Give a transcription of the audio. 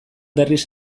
berriz